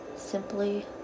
Simply